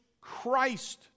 Christ